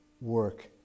work